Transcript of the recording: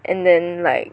and then like